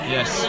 Yes